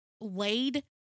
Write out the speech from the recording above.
laid